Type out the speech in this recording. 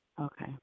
Okay